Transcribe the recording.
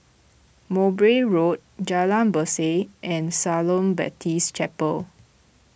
Mowbray Road Jalan Berseh and Shalom Baptist Chapel